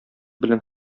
белән